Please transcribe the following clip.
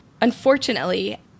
unfortunately